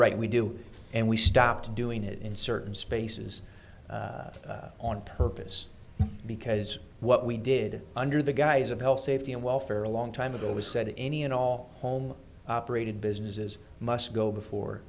right we do and we stopped doing it in certain spaces on purpose because what we did under the guise of health safety and welfare a long time ago was said to any and all home operated businesses must go before